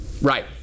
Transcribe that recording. Right